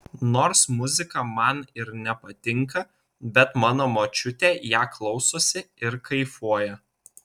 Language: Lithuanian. nors muzika man ir nepatinka bet mano močiutė ją klausosi ir kaifuoja